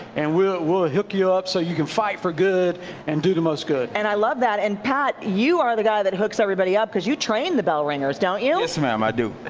and we'll we'll hook you up so you can fight for good and do the most good. and i love that. and pat, you are the guy that hooks everybody up because you train the bell ringers, don't you? yes, ma'am, i do.